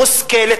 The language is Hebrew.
מושכלת,